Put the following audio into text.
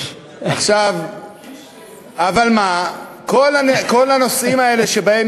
אבל מה, כל הנושאים האלה שבהם